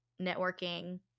networking